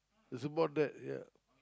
I support that ya